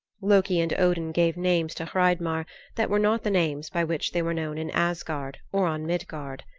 loki and odin gave names to hreidmar that were not the names by which they were known in asgard or on midgard.